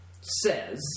says